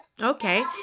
Okay